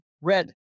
Red